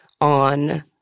on